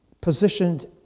positioned